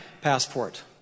passport